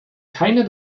keine